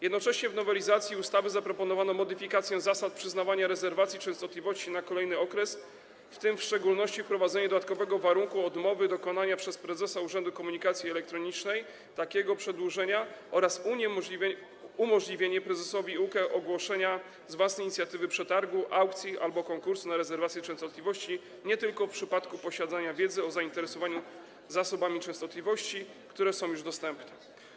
Jednocześnie w nowelizacji ustawy zaproponowano modyfikację zasad przyznawania rezerwacji częstotliwości na kolejny okres, w tym w szczególności wprowadzenie dodatkowego warunku odmowy dokonania przez prezesa Urzędu Komunikacji Elektronicznej takiego przedłużenia, oraz umożliwienie prezesowi UKE ogłoszenia z własnej inicjatywy przetargu, aukcji albo konkursu na rezerwację częstotliwości nie tylko w przypadku posiadania wiedzy o zainteresowaniu zasobami częstotliwości, które są już dostępne.